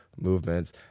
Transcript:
movements